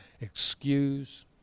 excuse